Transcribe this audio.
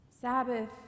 Sabbath